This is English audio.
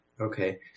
Okay